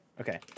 Okay